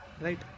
right